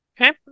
Okay